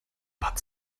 but